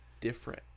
Different